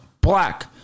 Black